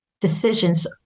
decisions